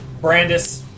Brandis